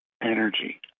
energy